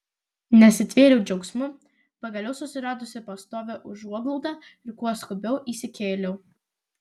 nesitvėriau džiaugsmu pagaliau susiradusi pastovią užuoglaudą ir kuo skubiau įsikėliau